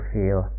feel